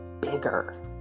bigger